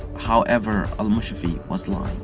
however, al-mushafi was lying.